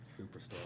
Superstar